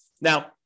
Now